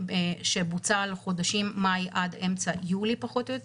שבוצע על חודשים מאי עד אמצע יולי פחות או יותר,